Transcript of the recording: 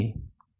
ஆம்